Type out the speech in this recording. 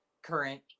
current